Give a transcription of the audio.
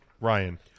Ryan